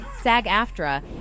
SAG-AFTRA